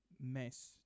mess